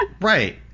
Right